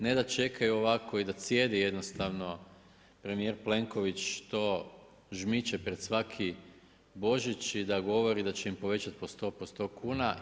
Ne da čekaju ovako i da cijedi jednostavno premijer Plenković to žmiče pred svaki Božić i da govori da će im povećati po 100 po 100 kuna.